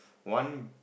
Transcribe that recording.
one